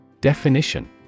Definition